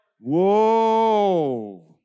Whoa